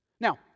Now